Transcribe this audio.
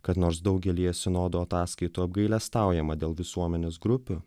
kad nors daugelyje sinodo ataskaitų apgailestaujama dėl visuomenės grupių